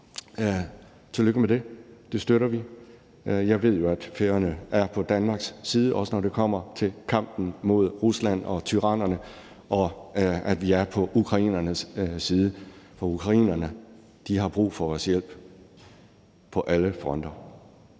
Tillykke med det. Det støtter vi. Jeg ved jo, at Færøerne er på Danmarks side, også når det kommer til kampen mod Rusland og tyrannerne, og vi er på ukrainernes side, for ukrainerne har brug for vores hjælp på alle fronter.